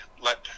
let